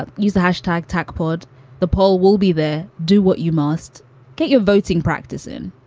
ah use the hashtag tach. put the poll. we'll be there. do what you must get your voting practice in